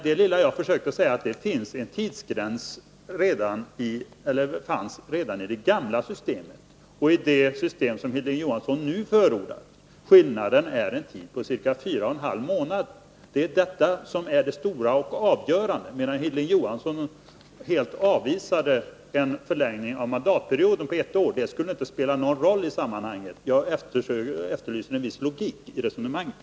Vad jag försökte säga i mitt huvudanförande var att det fanns en tidsgräns redan i det gamla systemet liksom i det system som Hilding Johansson nu förordar. Skillnaden är en tid på ca fyra och en halv månader. Det anser Hilding Johansson vara det stora och avgörande, medan han helt avvisar förslaget om en förlängning av mandatperioden med ett år som betydelselöst i sammanhanget. Jag efterlyser en viss logik i resonemanget.